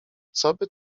coby